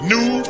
New